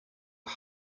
are